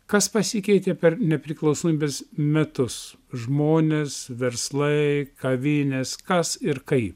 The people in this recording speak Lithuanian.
kas pasikeitė per nepriklausomybės metus žmonės verslai kavinės kas ir kaip